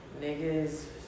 niggas